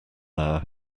hour